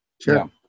sure